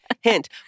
hint